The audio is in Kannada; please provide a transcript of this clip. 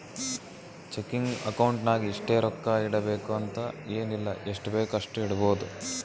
ಚೆಕಿಂಗ್ ಅಕೌಂಟ್ ನಾಗ್ ಇಷ್ಟೇ ರೊಕ್ಕಾ ಇಡಬೇಕು ಅಂತ ಎನ್ ಇಲ್ಲ ಎಷ್ಟಬೇಕ್ ಅಷ್ಟು ಇಡ್ಬೋದ್